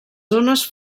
zones